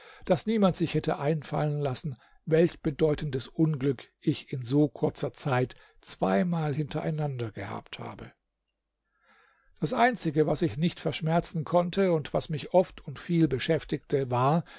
daß niemand sich hätte einfallen lassen welch bedeutendes unglück ich in so kurzer zeit zweimal hintereinander gehabt habe das einzige was ich nicht verschmerzen konnte und was mich oft und viel beschäftigte war